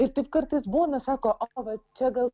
ir taip kartais būna sako va čia gal